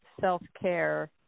self-care